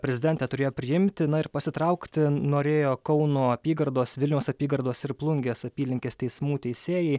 prezidentė turėjo priimti ir pasitraukti norėjo kauno apygardos vilniaus apygardos ir plungės apylinkės teismų teisėjai